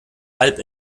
halb